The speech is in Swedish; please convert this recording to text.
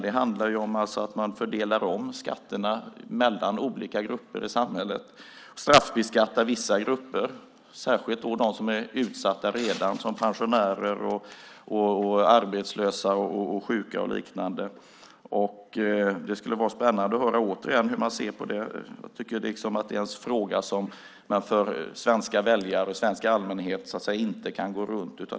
Det handlar ju om att man fördelar om skatterna mellan olika grupper i samhället. Man straffbeskattar vissa grupper, särskilt de som redan är utsatta, som pensionärer, arbetslösa, sjuka och liknande. Det skulle vara spännande att återigen höra hur man ser på det. Det är en fråga som jag inte tycker att man kan gå runt svenska väljare och den svenska allmänheten.